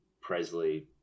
Presley